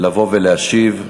לבוא ולהשיב.